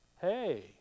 Hey